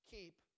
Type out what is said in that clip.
Keep